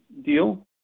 deal